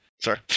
Sorry